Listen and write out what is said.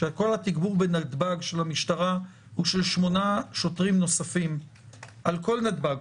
שכל התגבור של המשטרה בנתב"ג הוא של שמונה שוטרים נוספים על כל נתב"ג,